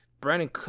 Brandon